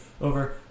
over